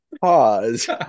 Pause